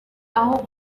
aho